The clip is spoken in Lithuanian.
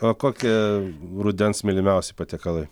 o kokie rudens mylimiausi patiekalai